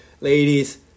ladies